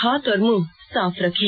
हाथ और मुंह साफ रखें